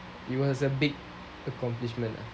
it was a big accomplishment lah